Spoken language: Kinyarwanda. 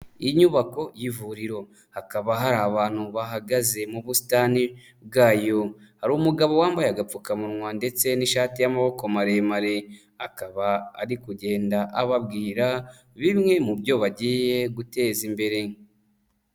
Inyubako y'ivuriro, hakaba hari abantu bahagaze mu busitani bwayo. Hari umugabo wambaye agapfukamunwa ndetse n'ishati y'amaboko maremare, akaba ari kugenda ababwira, bimwe mu byo bagiye guteza imbere.